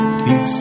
keep